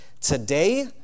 Today